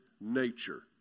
nature